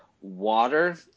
water